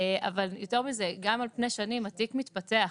יותר מזה, גם על פני שנים התיק מתפתח.